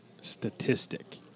statistic